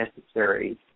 necessary